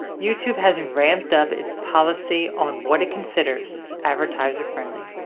youtube has ramped up its policy on what it considers advertiser friendly.